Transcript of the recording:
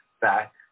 back